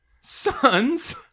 son's